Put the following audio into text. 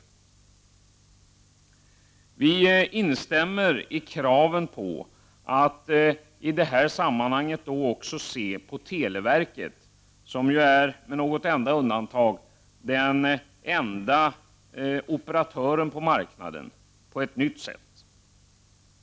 Folkpartiet instämmer i kraven på att i detta sammanhang också se på televerket — med något enstaka undantag den enda operatören på marknaden — på ett nytt sätt.